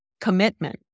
commitment